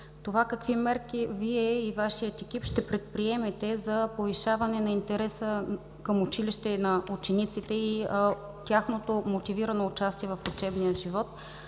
с мерките, които Вие и Вашият екип ще предприемете за повишаване на интереса към училище на учениците и тяхното мотивирано участие в учебния живот.